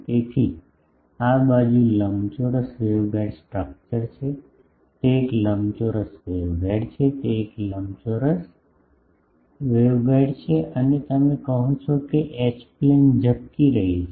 તેથી આ બાજુ લંબચોરસ વેવગાઇડ સ્ટ્રક્ચર છે તે એક લંબચોરસ વેવગાઇડ છે તે એક લંબચોરસ વેવગાઇડ છે અને આ તમે કહો છો કે એચ પ્લેન ઝબકી રહી છે